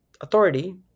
authority